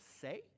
say